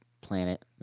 planet